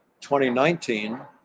2019